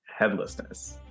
headlessness